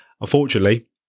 Unfortunately